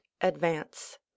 advance